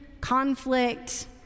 conflict